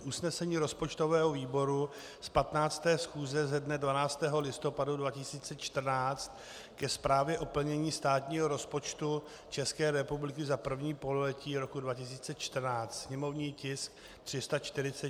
Usnesení rozpočtového výboru z 15. schůze ze dne 12. listopadu 2014 ke zprávě o plnění státního rozpočtu České republiky za první pololetí 2014, sněmovní tisk 346.